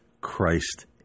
Christ